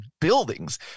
buildings